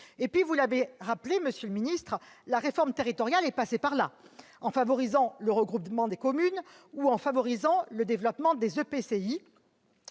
et 2031. Vous l'avez rappelé, monsieur le ministre, la réforme territoriale est passée par là, en favorisant le regroupement des communes ou le développement des EPCI,